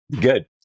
good